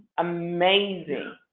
amazing.